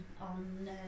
on